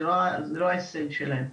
זה לא ההישג שלהם.